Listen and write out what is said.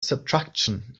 subtraction